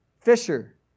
Fisher